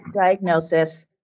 diagnosis